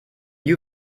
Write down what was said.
you